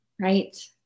Right